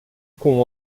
com